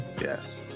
Yes